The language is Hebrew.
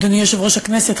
אדוני יושב-ראש הכנסת,